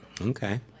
Okay